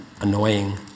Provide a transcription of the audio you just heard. annoying